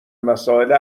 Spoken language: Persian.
مسائل